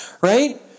right